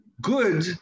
Good